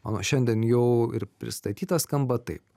o šiandien jau ir pristatytas skamba taip